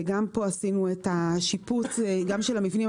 וגם פה עשינו את השיפוץ גם של המבנים.